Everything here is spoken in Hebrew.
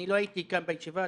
אני לא הייתי כאן בישיבה,